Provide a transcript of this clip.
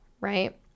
right